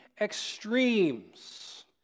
extremes